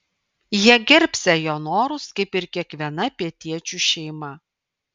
jie gerbsią jo norus kaip ir kiekviena pietiečių šeima